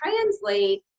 translate